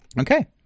Okay